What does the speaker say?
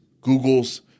Google's